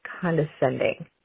condescending